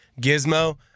Gizmo